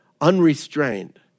unrestrained